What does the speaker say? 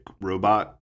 robot